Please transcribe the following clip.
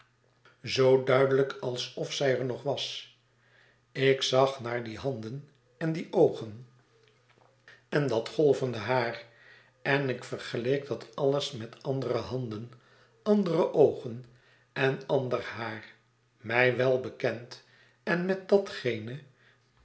zoo duidelijk alsof zij er nog was ik zag naar die handen en die oogen en dat golvende haar en ik vergeleek dat alles met andere handen andere oogen en ander haar mij welbekend en met datgene